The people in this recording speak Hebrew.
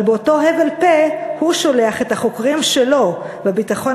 אבל באותו הבל פה הוא שולח את החוקרים שלו בביטחון